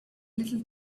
little